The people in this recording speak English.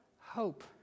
hope